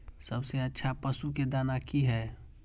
सबसे अच्छा पशु के दाना की हय?